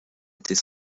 était